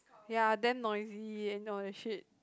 ya then noisy and all that shit